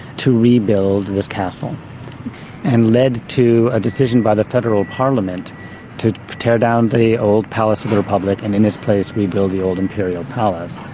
to rebuild the castle and led to a decision by the federal parliament to tear down the old palace of the republic and in its place rebuild the old imperial palace.